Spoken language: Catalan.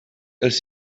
els